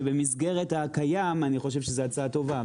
במסגרת הקיים, אני חושב שזאת הצעה טובה.